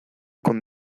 con